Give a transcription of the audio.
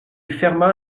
ferma